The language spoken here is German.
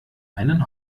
einen